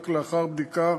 רק לאחר בדיקה,